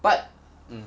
but mm